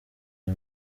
aya